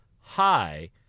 high